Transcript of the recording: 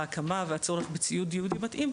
ההקמה והצורך בציוד ייעודי מתאים,